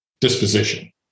disposition